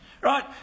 right